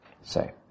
say